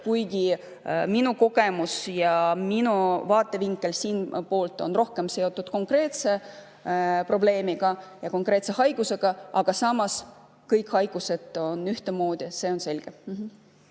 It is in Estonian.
kuigi minu kogemus ja minu vaatevinkel siin on rohkem seotud konkreetse probleemiga ja konkreetse haigusega, on samas kõik haigused ühtemoodi, see on selge.